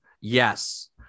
Yes